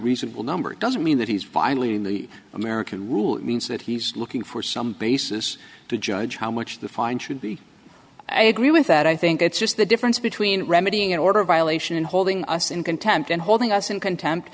reasonable number doesn't mean that he's finally american rule means that he's looking for some basis to judge how much the fine should be i agree with that i think it's just the difference between remedying an order violation and holding us in contempt and holding us in contempt